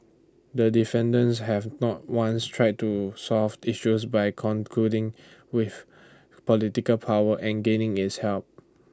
the defendants have not once tried to solved issues by concluding with political power and gaining its help